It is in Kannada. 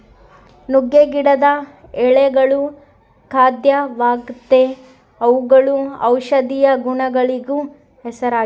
ನುಗ್ಗೆ ಗಿಡದ ಎಳೆಗಳು ಖಾದ್ಯವಾಗೆತೇ ಅವುಗಳು ಔಷದಿಯ ಗುಣಗಳಿಗೂ ಹೆಸರಾಗಿವೆ